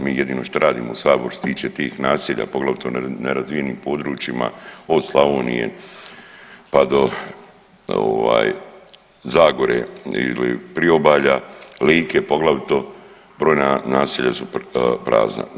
Mi jedino što radimo u saboru što se tiče tih naselja, poglavito u nerazvijenim područjima od Slavonije pa do Zagore ili Priobalja, Like poglavito brojna naselja su prazna.